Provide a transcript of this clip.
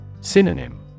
Synonym